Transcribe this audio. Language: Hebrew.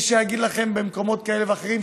מי שיגיד לכם במקומות כאלה ואחרים,